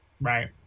Right